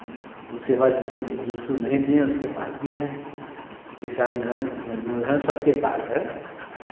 उसके बाद जिसके जिसको नहीं दिए हैं उसके पास भी है किसान हैं मज़दूर हैं सबके पास है